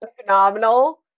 phenomenal